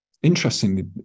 Interestingly